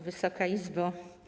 Wysoka Izbo!